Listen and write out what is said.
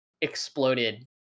exploded